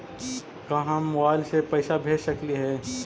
का हम मोबाईल से पैसा भेज सकली हे?